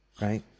right